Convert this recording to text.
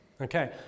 okay